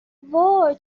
وای